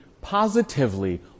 positively